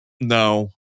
no